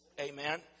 Amen